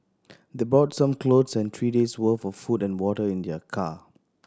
they brought some clothes and three days worth of food and water in their car